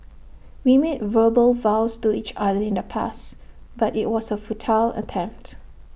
we made verbal vows to each other in the past but IT was A futile attempted